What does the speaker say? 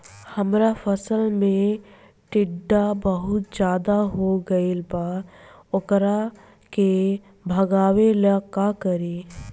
हमरा फसल में टिड्डा बहुत ज्यादा हो गइल बा वोकरा के भागावेला का करी?